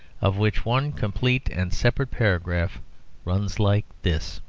of which one complete and separate paragraph runs like this